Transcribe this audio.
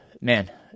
Man